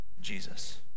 Jesus